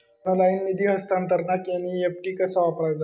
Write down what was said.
Online निधी हस्तांतरणाक NEFT कसा वापरायचा?